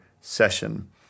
session